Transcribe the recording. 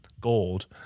gold